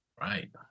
Right